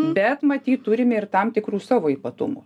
bet matyt turime ir tam tikrų savo ypatumų